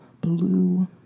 blue